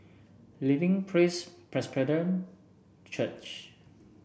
Living Praise Presbyterian Church